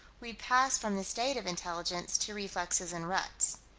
we pass from the state of intelligence to reflexes in ruts.